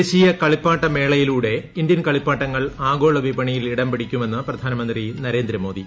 ദേശീയ കളിപ്പാട്ട മേളയിലൂടെ ഇന്ത്യൻ കളിപ്പാട്ടങ്ങൾ ആഗോള വിപണിയിൽ ഇടംപിടിക്കുമെന്ന് പ്രധാനമന്ത്രി നരേന്ദ്രമോദി